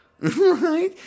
Right